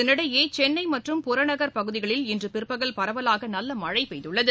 இதனிடையே சென்னை மற்றம் புறநகர் பகுதிகளில் இன்று பிற்பகல் பரவலாக நல்ல மழை பெய்துள்ளது